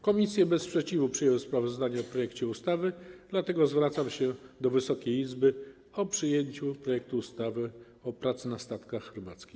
Komisje bez sprzeciwu przyjęły sprawozdanie o projekcie ustawy, dlatego zwracam się do Wysokiej Izby o przyjęcie projektu ustawy o pracy na statkach rybackich.